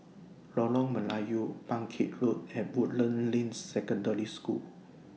Lorong Melayu Bangkit Road and Woodlands Ring Secondary School